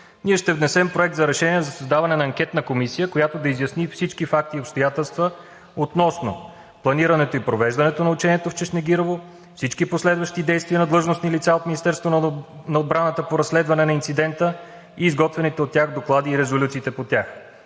ние ще внесем Проект за решение за създаване на анкетна комисия, която да изясни всички факти и обстоятелства относно: планирането и провеждането на учението в Чешнегирово; всички последващи действия на длъжностни лица от Министерството на отбраната по разследване на инцидента и изготвените от тях доклади и резолюциите по тях;